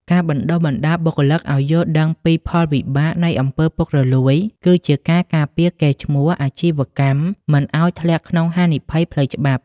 ការបណ្ដុះបណ្ដាលបុគ្គលិកឱ្យយល់ដឹងពីផលវិបាកនៃ អំពើពុករលួយ គឺជាការការពារកេរ្តិ៍ឈ្មោះអាជីវកម្មមិនឱ្យធ្លាក់ក្នុងហានិភ័យផ្លូវច្បាប់។